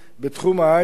בתחום ההיי-טק,